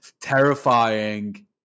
terrifying